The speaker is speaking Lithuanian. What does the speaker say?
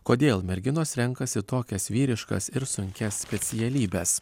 kodėl merginos renkasi tokias vyriškas ir sunkias specialybes